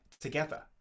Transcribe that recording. together